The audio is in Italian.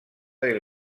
del